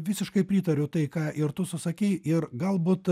visiškai pritariu tai ką ir tu susakei ir galbūt